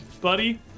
buddy